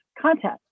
content